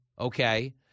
okay